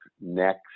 next